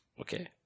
Okay